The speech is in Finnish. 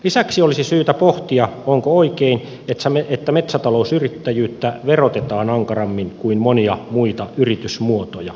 lisäksi olisi syytä pohtia onko oikein että metsätalousyrittäjyyttä verotetaan ankarammin kuin monia muita yritysmuotoja